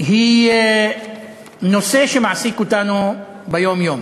זה נושא שמעסיק אותנו ביום-יום.